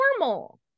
normal